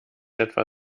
etwa